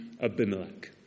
Abimelech